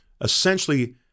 essentially